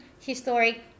historic